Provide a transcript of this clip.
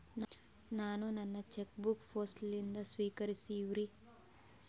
ನಾನು ನನ್ನ cheque book post ಲಿಂದ ಸ್ವೀಕರಿಸಿವ್ರಿ